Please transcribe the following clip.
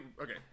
okay